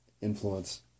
influence